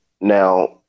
now